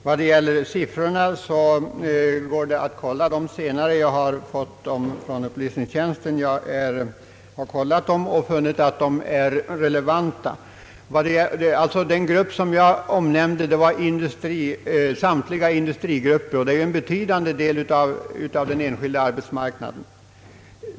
Herr talman! Vad siffrorna beträffar går det att kolla dem senare. Jag har fått dem från upplysningstjänsten, granskat dem och funnit att de är rele vanta. Den grupp som jag omnämnde innefattade samtliga industrigrupper, och det är en betydande del av den enskilda arbetsmarknaden.